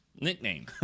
nickname